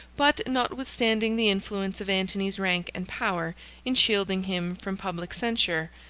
but, notwithstanding the influence of antony's rank and power in shielding him from public censure,